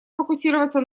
фокусироваться